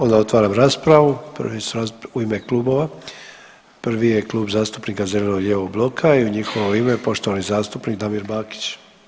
Onda otvaram raspravu, prvi se, u ime klubova, prvi je Klub zastupnika zeleno-lijevog bloka i u njihovo ime poštovani zastupnik Damir Bakić.